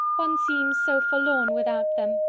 one seems so forlorn without them.